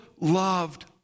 loved